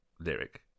lyric